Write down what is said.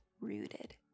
rooted